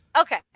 Okay